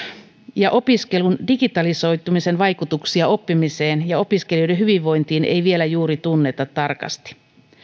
ja opiskelun digitalisoitumisen vaikutuksia oppimiseen ja opiskelijoiden hyvinvointiin ei vielä juuri tunneta tarkasti